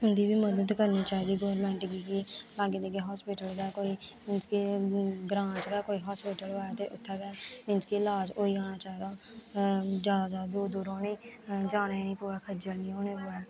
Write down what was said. उं'दी बी मदद करनी चाहिदी गौरमैंट गी कि लाग्गे दिग्गे हास्पिटल गै कोई मींस कि ग्रांऽ च गै कोई हास्पिटल होऐ ते उत्थै गै मींस कि ईलाज होई जाना चाहिदा जादा जादा दूर दूर उ'नेंगी जाने निं पवै खज्जल निं होने पोऐ